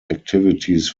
activities